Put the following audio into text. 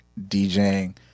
djing